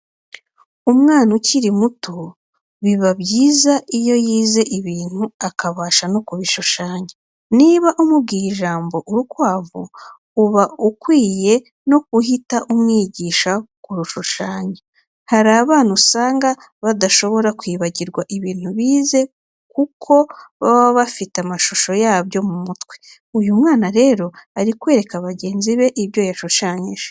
Umwana ukiri muto biba byiza iyo yize ibintu akabasha no kubishushanya, niba umubwiye ijambo urukwavu, uba ukwiye no guhita umwigisha kurushushanya. Hari abana usanga badashobora kwibagirwa ibintu bize kuko baba bafite amashusho yabyo mu mutwe. Uyu mwana rero ari kwereka bagenzi be ibyo yashushanyije.